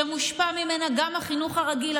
שמושפע ממנה גם החינוך הרגיל.